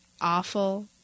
awful